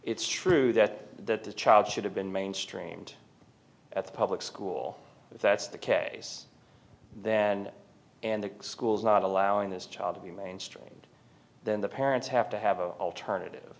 t's true that that the child should have been mainstreamed at the public school if that's the case then and the school's not allowing this child to be mainstreamed then the parents have to have an alternative